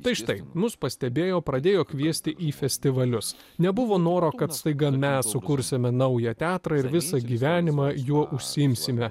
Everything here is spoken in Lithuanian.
tai štai mus pastebėjo pradėjo kviesti į festivalius nebuvo noro kad staiga mes sukursime naują teatrą ir visą gyvenimą juo užsiimsime